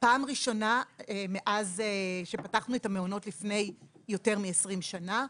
פעם ראשונה מאז שפתחנו את המעונות לפני יותר מ-20 שנה,